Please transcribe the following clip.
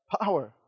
Power